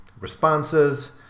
responses